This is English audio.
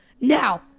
Now